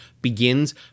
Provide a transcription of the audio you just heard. begins